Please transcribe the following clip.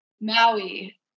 Maui